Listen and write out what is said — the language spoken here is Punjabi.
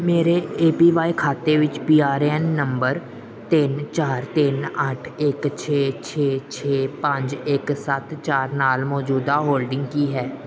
ਮੇਰੇ ਏ ਪੀ ਵਾਈ ਖਾਤੇ ਵਿੱਚ P R A N number ਤਿੰਨ ਚਾਰ ਤਿੰਨ ਅੱਠ ਇੱਕ ਛੇ ਛੇ ਛੇ ਪੰਜ ਇੱਕ ਸੱਤ ਚਾਰ ਨਾਲ ਮੌਜੂਦਾ ਹੋਲਡਿੰਗ ਕੀ ਹੈ